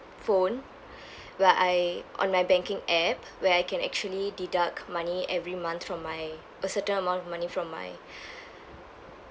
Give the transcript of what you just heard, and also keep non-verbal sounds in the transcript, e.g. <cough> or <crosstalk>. phone <breath> where I on my banking app where I can actually deduct money every month from my a certain amount of money from my <breath>